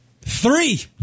Three